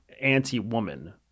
anti-woman